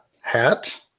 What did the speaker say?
hat